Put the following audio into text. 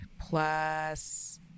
plus